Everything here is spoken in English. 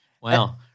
Wow